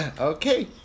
Okay